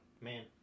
Man